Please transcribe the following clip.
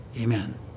Amen